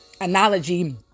analogy